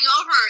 over